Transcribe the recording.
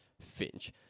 Finch